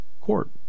court